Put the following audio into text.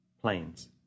planes